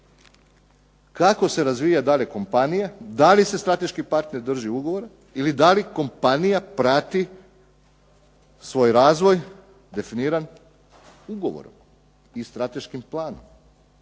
kako se dalje razvija kompanija? Da li se strateški partner drži ugovora ili da li kompanija prati svoj razvoj definiran ugovorom i strateškim planom?